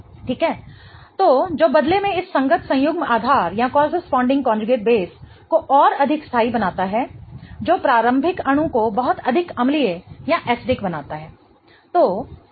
ठीक है तो जो बदले में इस संगत संयुग्म आधार को और अधिक स्थाई बनाता है जो प्रारंभिक अणु को बहुत अधिक अम्लीय बनाता है